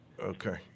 Okay